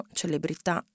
celebrità